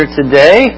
today